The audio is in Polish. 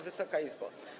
Wysoka Izbo!